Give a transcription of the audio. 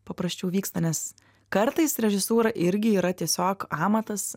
paprasčiau vyksta nes kartais režisūra irgi yra tiesiog amatas